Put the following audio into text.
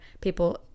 people